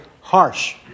harsh